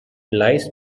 lies